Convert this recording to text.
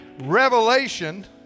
revelation